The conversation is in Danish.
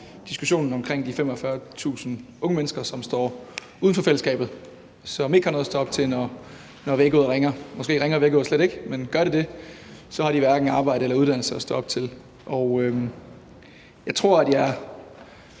diskussionen om de 45.000 unge mennesker, som står uden for fællesskabet, og som ikke har noget at stå op til, når vækkeuret ringer. Måske ringer vækkeuret slet ikke, men gør det det, har de hverken arbejde eller uddannelse at stå op til. Jeg tror, at vi